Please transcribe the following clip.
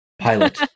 pilot